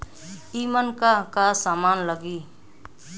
ईमन का का समान लगी?